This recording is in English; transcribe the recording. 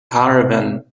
caravan